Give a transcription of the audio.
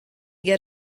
get